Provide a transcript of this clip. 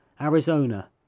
Arizona